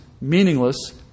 meaningless